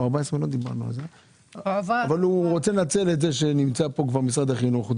הוא רוצה לנצל את זה שמשרד החינוך נמצא כאן.